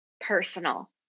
personal